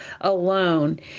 alone